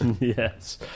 Yes